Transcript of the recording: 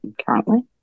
currently